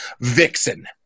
Vixen